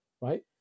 right